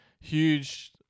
huge